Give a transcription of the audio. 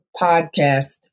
podcast